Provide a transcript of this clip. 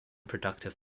productive